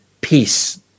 Peace